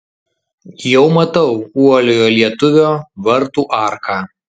jau matau uoliojo lietuvio vartų arką